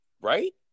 right